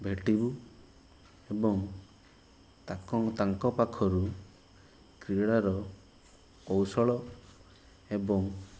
ଭେଟିବୁ ଏବଂ ତାକ ତାଙ୍କ ପାଖରୁ କ୍ରୀଡ଼ାର କୌଶଳ ଏବଂ